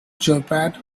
joypad